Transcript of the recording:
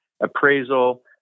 appraisal